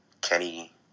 Kenny